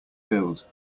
build